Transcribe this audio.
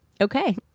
Okay